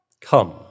Come